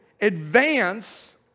advance